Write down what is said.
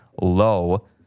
low